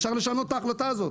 אפשר לשנות את ההחלטה הזאת.